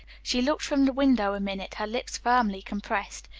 she looked from the window a minute, her lips firmly compressed.